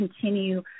continue